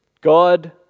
God